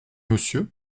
monsieur